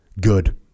good